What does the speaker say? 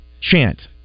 chant